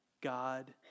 God